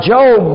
Job